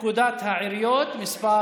פקודת העיריות (מס'